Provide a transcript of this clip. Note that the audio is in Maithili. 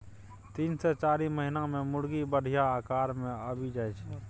तीन सँ चारि महीना मे मुरगी बढ़िया आकार मे आबि जाइ छै